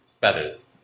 Feathers